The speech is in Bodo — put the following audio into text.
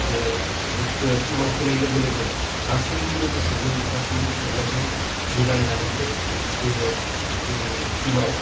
बेयाव टिमाव फैनाय लोगो लोगो गासैनिबो गोसोजों गासैनिबो सान्नाय जों मिलायनानैसो बे टिमाव